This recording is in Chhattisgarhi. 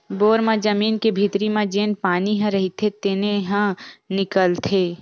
बोर म जमीन के भीतरी म जेन पानी ह रईथे तेने ह निकलथे